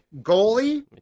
Goalie